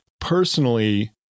Personally